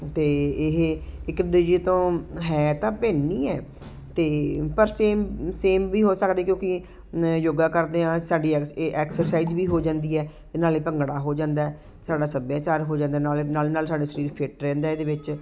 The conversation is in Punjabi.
ਅਤੇ ਇਹ ਇੱਕ ਦੂਜੇ ਤੋਂ ਹੈ ਤਾਂ ਭਿੰਨ ਹੀ ਹੈ ਅਤੇ ਪਰ ਸੇਮ ਸੇਮ ਵੀ ਹੋ ਸਕਦੇ ਕਿਉਂਕਿ ਯੋਗਾ ਕਰਦੇ ਹਾਂ ਸਾਡੀ ਇਹ ਐਕਸਰਸਾਈਜ ਵੀ ਹੋ ਜਾਂਦੀ ਹੈ ਅਤੇ ਨਾਲ ਭੰਗੜਾ ਹੋ ਜਾਂਦਾ ਸਾਡਾ ਸੱਭਿਆਚਾਰ ਹੋ ਜਾਂਦਾ ਨਾਲ ਨਾਲ ਨਾਲ ਸਾਡਾ ਸਰੀਰ ਫਿੱਟ ਰਹਿੰਦਾ ਹੈ ਇਹਦੇ ਵਿੱਚ